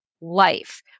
life